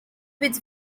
with